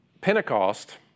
Pentecost